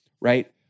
right